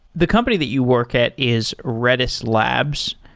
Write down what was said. the company that you work at is redis labs,